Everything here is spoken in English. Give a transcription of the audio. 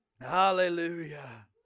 Hallelujah